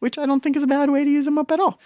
which i don't think is a bad way to use them up at all